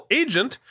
agent